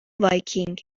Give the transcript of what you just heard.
وایکینگ